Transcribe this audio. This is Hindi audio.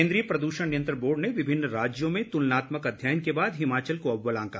केन्द्रीय प्रद्षण नियंत्रण बोर्ड ने विभिन्न राज्यों में तुलनात्मक अध्ययन के बाद हिमाचल को अव्वल आंका